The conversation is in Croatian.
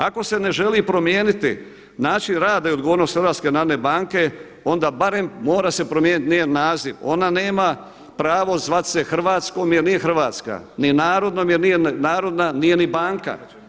Ako se ne želi promijeniti način rada i odgovornosti HNB-a onda barem mora se promijeniti njen naziv, ona nema pravo zvati se hrvatskom jer nije hrvatska, ni narodnom jer nije narodna, nije ni banka.